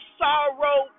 sorrow